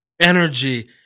energy